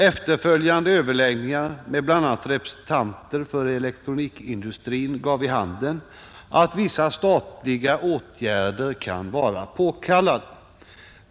Efterföljande överläggningar med bl.a. representanter för elektronikindustrin gav vid handen att vissa statliga åtgärder kan vara påkallade.